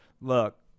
look